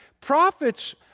prophets